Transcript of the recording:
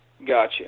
Gotcha